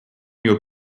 your